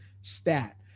stat